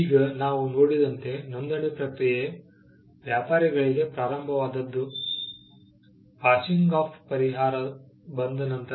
ಈಗ ನಾವು ನೋಡಿದಂತೆ ನೋಂದಣಿ ಪ್ರಕ್ರಿಯೆ ವ್ಯಾಪಾರಿಗಳಿಗೆ ಪ್ರಾರಂಭವಾದದ್ದು ಪಾಸಿಂಗ್ ಆಫ್ ಪರಿಹಾರ ಬಂದ ನಂತರ